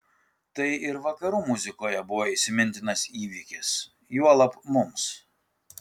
tai ir vakarų muzikoje buvo įsimintinas įvykis juolab mums